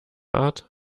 art